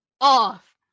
off